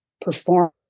perform